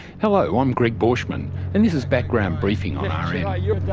hello, i'm gregg borschmann and this is background briefing on yeah yeah